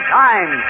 time